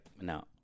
no